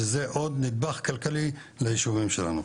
שזה עוד נדבך כלכלי לישובים שלנו.